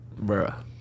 Bruh